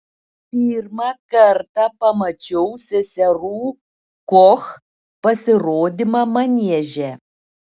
pirmą kartą pamačiau seserų koch pasirodymą manieže